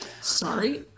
sorry